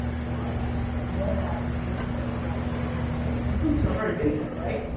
or you don't have the fruits that come along with a little more money, and the fruits are very basic, right?